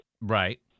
Right